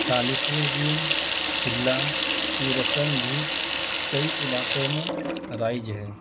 چالیسویں دن چللا کی رسم بھی کئی علاقوں میں رائج ہے